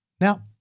Now